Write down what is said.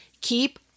keep